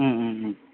ம் ம் ம்